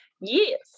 yes